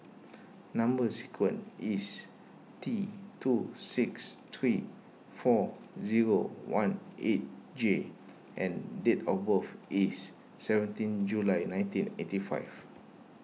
Number Sequence is T two six three four zero one eight J and date of birth is seventeen July nineteen eighty five